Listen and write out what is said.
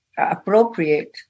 appropriate